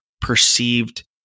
perceived